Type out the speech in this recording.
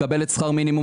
מקבלת שכר מינימום,